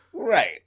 Right